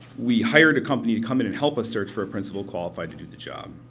we hired a company to come in and help us search for a principal qualified to do the job.